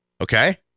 Okay